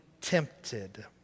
tempted